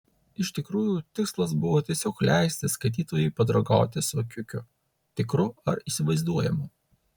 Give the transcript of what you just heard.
iš tikrųjų tikslas buvo tiesiog leisti skaitytojui padraugauti su kiukiu tikru ar įsivaizduojamu